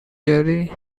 jerry